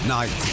Night